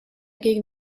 gegen